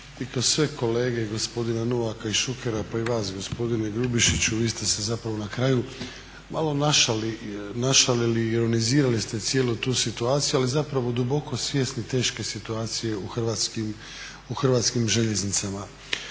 kolege gospodina Novaka i Šukera pa i vas gospodine Grubišiću, vi ste se zapravo na kraju malo našalili i ironizirali ste cijelu tu situaciju ali zapravo duboko svjesni teške situacije u Hrvatskim željeznicama.